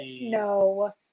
no